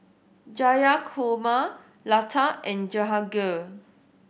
Jayakumar Lata and Jehangirr